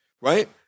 right